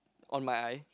on my eye